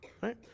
Right